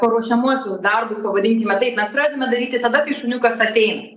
paruošiamuosius darbus pavadinkime taip mes pradedame daryti tada kai šuniukas ateina